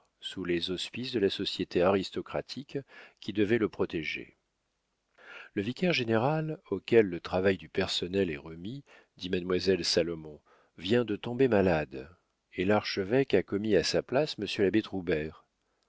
sous les auspices de la société aristocratique qui devait le protéger le vicaire-général auquel le travail du personnel est remis dit mademoiselle salomon vient de tomber malade et l'archevêque a commis à sa place monsieur l'abbé